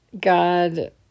God